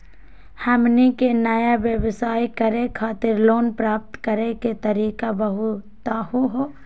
हमनी के नया व्यवसाय करै खातिर लोन प्राप्त करै के तरीका बताहु हो?